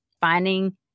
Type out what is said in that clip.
finding